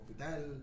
hospital